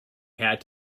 had